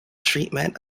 treatment